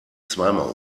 zweimal